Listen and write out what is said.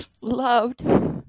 loved